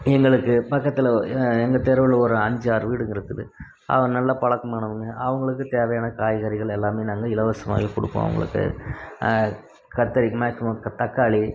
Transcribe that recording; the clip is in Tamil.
எங்களுக்கு பக்கத்தில் எங்கள் தெருவில் ஒரு அஞ்சாறு வீடுங்கள் இருக்குது அவங்க நல்லா பழக்கமானவங்கள் அவர்களுக்கு தேவையான காய்கறிகள் எல்லாமே நாங்கள் இலவசமாகவே கொடுப்போம் அவர்களுக்கு கத்திரி மேக்ஸிமம் தக்காளி